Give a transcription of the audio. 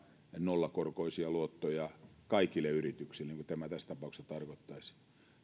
nollakorkoisia luottoja kaikille yrityksille niin kuin tämä tässä tapauksessa tarkoittaisi ja